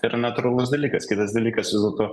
tai yra natūralus dalykas kitas dalykas vis dėlto